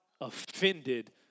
offended